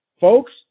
Folks